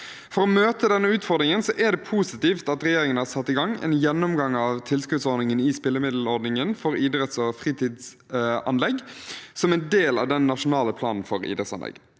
For å møte denne utfordringen er det positivt at regjeringen har satt i gang en gjennomgang av tilskuddsordningen i spillemiddelordningen for idretts- og fritidsanlegg som en del av den nasjonale planen for idrettsanlegg.